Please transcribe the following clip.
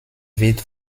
wird